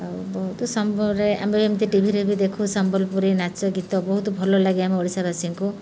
ଆଉ ବହୁତ ସମୟରେ ଆମେ ଏମିତି ଟିଭିରେ ବି ଦେଖୁ ସମ୍ବଲପୁରୀ ନାଚ ଗୀତ ବହୁତ ଭଲ ଲାଗେ ଆମ ଓଡ଼ିଶାବାସୀଙ୍କୁ